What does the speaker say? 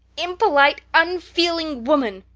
impolite, unfeeling woman!